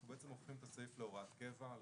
אנחנו בעצם הופכים את הסעיף להוראת קבע.